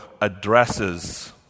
addresses